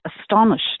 astonished